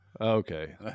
Okay